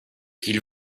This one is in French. qu’il